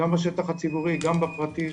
גם בשטח הציבורי גם בפרטי.